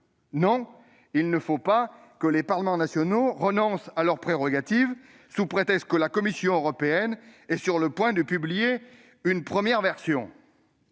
: il ne faut pas que les parlements nationaux renoncent à leurs prérogatives sous prétexte que la Commission européenne est sur le point de publier une première version